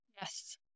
yes